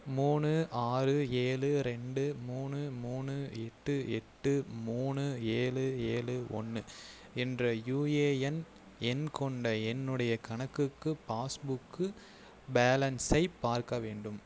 மூணு ஆறு ஏழு ரெண்டு மூணு மூணு எட்டு எட்டு மூணு ஏழு ஏழு ஒன்று என்ற யுஏஎன் எண் கொண்ட என்னுடைய கணக்குக்கு பாஸ்புக்கு பேலன்ஸை பார்க்க வேண்டும்